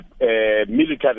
military